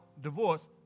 divorce